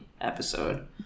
episode